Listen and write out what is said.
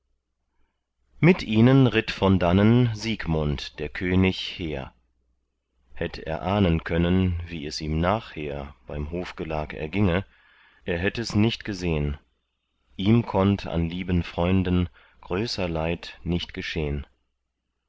mit ihnen ritt von dannen siegmund der könig hehr hätt er ahnen können wie es ihm nachher beim hofgelag erginge er hätt es nicht gesehn ihm konnt an lieben freunden größer leid nicht geschehn